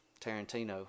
Tarantino